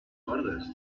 cordes